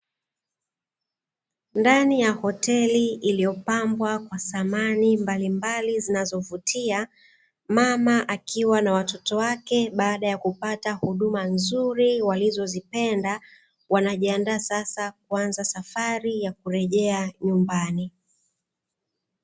Ndani ya hoteli iliyopambwa kwa samani mbalimbali zinazovutia, mama akiwa na watoto wake baada ya kupata huduma nzuri walizozipenda, wanajiandaa sasa kuanza safari ya kurejea nyumbani.